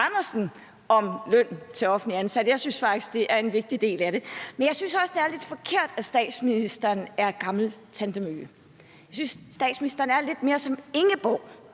Andersen om løn til offentligt ansatte. Jeg synes faktisk, det er en vigtig del af det. Men jeg synes også, det er lidt forkert, at statsministeren er gamle tante Møhge. Jeg synes, statsministeren er sådan lidt mere som Ingeborg